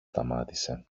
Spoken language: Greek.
σταμάτησε